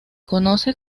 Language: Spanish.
conoce